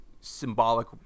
symbolic